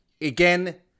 Again